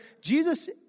Jesus